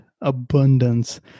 abundance